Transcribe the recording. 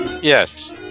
Yes